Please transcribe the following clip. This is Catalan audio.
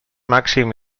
màxim